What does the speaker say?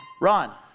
Ron